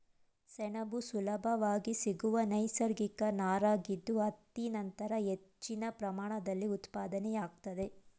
ಸೆಣಬು ಸುಲಭವಾಗಿ ಸಿಗುವ ನೈಸರ್ಗಿಕ ನಾರಾಗಿದ್ದು ಹತ್ತಿ ನಂತರ ಹೆಚ್ಚಿನ ಪ್ರಮಾಣದಲ್ಲಿ ಉತ್ಪಾದನೆಯಾಗ್ತದೆ